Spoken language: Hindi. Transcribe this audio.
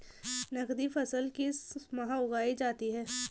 नकदी फसल किस माह उगाई जाती है?